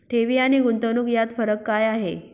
ठेवी आणि गुंतवणूक यात फरक काय आहे?